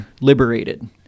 liberated